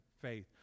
faith